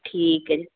ਠੀਕ ਹੈ ਜੀ